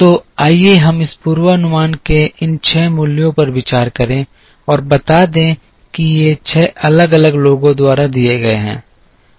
तो आइए हम पूर्वानुमान के इन 6 मूल्यों पर विचार करें और बता दें कि ये 6 अलग अलग लोगों द्वारा दिए गए हैं